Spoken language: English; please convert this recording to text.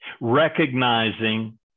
Recognizing